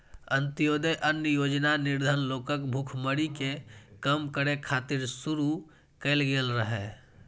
अंत्योदय अन्न योजना निर्धन लोकक भुखमरी कें कम करै खातिर शुरू कैल गेल रहै